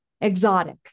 exotic